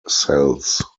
cells